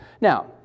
Now